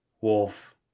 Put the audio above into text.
Wolf